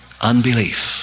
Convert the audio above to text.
unbelief